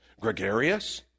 gregarious